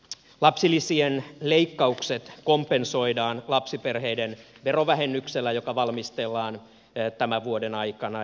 lapsilisien leikkaukset kompensoidaan lapsiperheiden verovähennyksellä joka valmistellaan tämän vuoden aikana